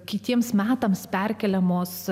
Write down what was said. kitiems metams perkeliamos